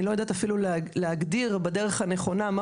אני לא יודעת אפילו להגדיר בדרך הנכונה מה